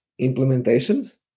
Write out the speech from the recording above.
implementations